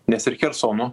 nes ir chersono